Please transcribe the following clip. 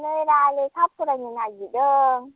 नैबाल लेखा फरायनो नागिरदों